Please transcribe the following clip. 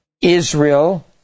Israel